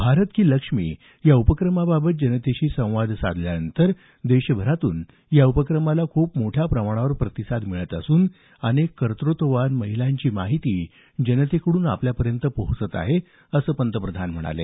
भारत की लक्ष्मी या उपक्रमाबाबत जनतेशी संवाद साधल्यावर देशभरातून या उपक्रमाला खूप मोठ्या प्रमाणात प्रतिसाद मिळत असून अनेक कर्तृत्ववान महिलांची माहिती जनतेकडून आपल्यापर्यंत पोहोचत आहे असं ते म्हणाले